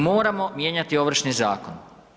Moramo mijenjati Ovršni zakon.